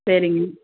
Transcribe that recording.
சரிங்க